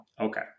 Okay